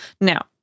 Now